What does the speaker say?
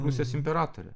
rusijos imperatorę